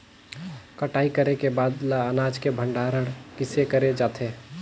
कटाई करे के बाद ल अनाज के भंडारण किसे करे जाथे?